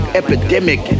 epidemic